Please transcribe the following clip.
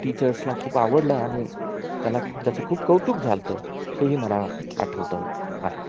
टीचर्सला खूप आवडला आणि त्याला त्याचं खूप कौतुक झाल होतं हेही मला आठवतं आहे